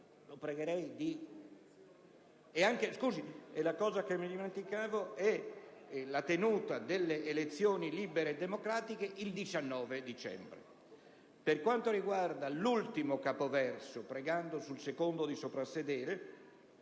la tenuta di elezioni libere e democratiche il 19 dicembre». Per quanto riguarda l'ultimo capoverso (pregando di soprassedere